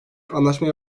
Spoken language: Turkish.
anlaşmaya